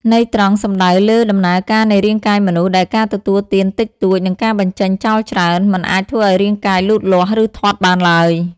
ន័យត្រង់សំដៅលើដំណើរការនៃរាងកាយមនុស្ស ដែលការទទួលទានតិចតួច និងការបញ្ចេញចោលច្រើន មិនអាចធ្វើឱ្យរាងកាយលូតលាស់ ឬធាត់បានឡើយ។